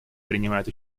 принимает